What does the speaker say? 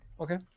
Okay